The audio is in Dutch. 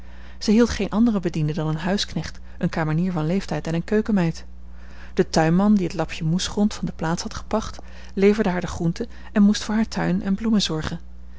zij hield geene andere bedienden dan een huisknecht eene kamenier van leeftijd en eene keukenmeid de tuinman die het lapje moesgrond van de plaats had gepacht leverde haar de groenten en moest voor haar tuin en bloemen